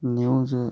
news